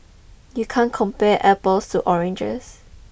you can't compare apples to oranges